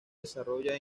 desarrolla